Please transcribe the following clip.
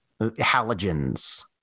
Halogens